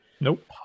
Nope